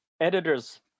editors